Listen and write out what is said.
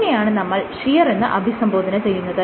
ഇതിനെയാണ് നമ്മൾ ഷിയർ എന്ന് അഭിസംബോധന ചെയ്യുന്നത്